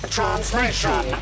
Translation